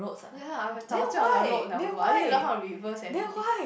ya I would have 早就: zao jiu on the road liao loh I already learn how to reverse and everything